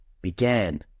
began